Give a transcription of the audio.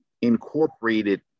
incorporated